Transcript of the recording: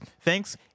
thanks